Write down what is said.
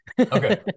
Okay